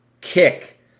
kick